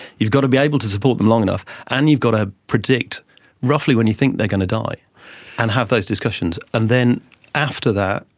you've got to be able to support them long enough, and you've got to predict roughly when you think they are going to die and have those discussions. and then after that,